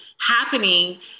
happening